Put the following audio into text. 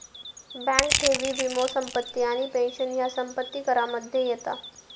bank ठेवी, वीमो, संपत्ती आणि पेंशन ह्या संपत्ती करामध्ये येता